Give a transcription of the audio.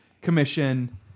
commission